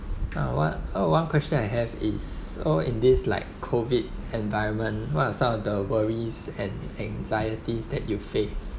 uh what oh one question I have is all in this like COVID environment what are some of the worries and anxieties that you face